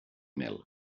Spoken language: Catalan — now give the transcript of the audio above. mel